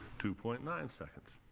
two point nine seconds.